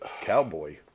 Cowboy